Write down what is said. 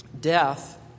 death